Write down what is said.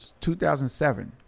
2007